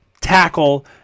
tackle